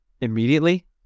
immediately